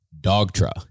Dogtra